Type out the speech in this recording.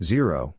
Zero